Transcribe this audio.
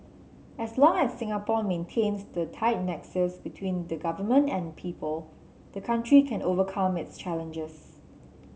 as long as Singapore maintains the tight nexus between the government and people the country can overcome its challenges